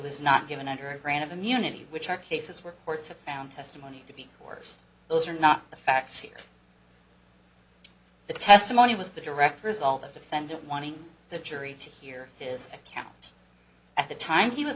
was not given under a grant of immunity which are cases where courts have found testimony to be the worst those are not the facts the testimony was the direct result of defendant wanting the jury to hear his account at the time he was